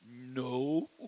no